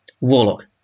Warlock